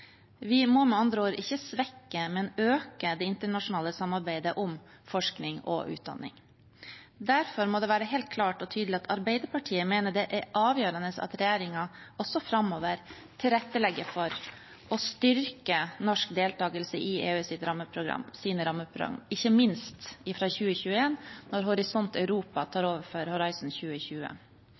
Vi må med andre ord ikke svekke, men øke det internasjonale samarbeidet om forskning og utdanning. Derfor må det være helt klart og tydelig at Arbeiderpartiet mener det er avgjørende at regjeringen også framover tilrettelegger for å styrke norsk deltakelse i EUs rammeprogram, ikke minst fra 2021, når Horisont Europa tar over for Horizon 2020.